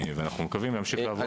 ואנחנו מקווים להמשיך לעבוד.